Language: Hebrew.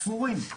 ספורים.